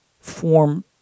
form